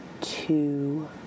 two